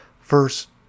First